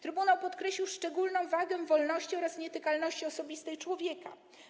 Trybunał podkreślił szczególną wagę wolności oraz nietykalności osobistej człowieka.